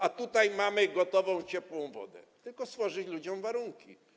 A tutaj mamy gotową ciepłą wodę, tylko trzeba stworzyć ludziom warunki.